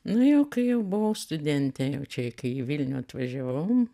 nu jau kai jau buvau studentė jau čia kai į vilnių atvažiavau